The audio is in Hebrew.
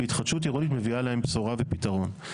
והתחדשות עירונית מביאה להם בשורה ופתרון.